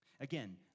Again